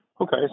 Okay